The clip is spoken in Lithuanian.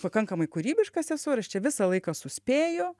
pakankamai kūrybiškas esu ir aš čia visą laiką suspėju